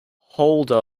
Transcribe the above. holder